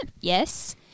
Yes